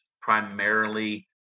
primarily